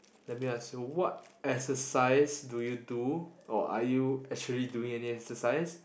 let me ask you what exercise do you do or are you actually doing any exercise